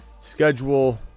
Schedule